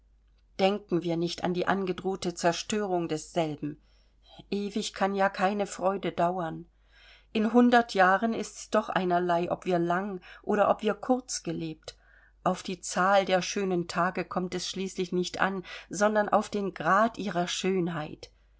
denken wir nicht an die angedrohte zerstörung desselben ewig kann ja keine freude dauern in hundert jahren ist's doch einerlei ob wir lang oder ob wir kurz gelebt auf die zahl der schönen tage kommt es schließlich nicht an sondern auf den grad ihrer schönheit